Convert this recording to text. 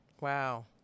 Wow